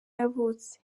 yavutse